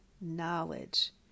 knowledge